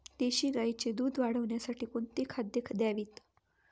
देशी गाईचे दूध वाढवण्यासाठी कोणती खाद्ये द्यावीत?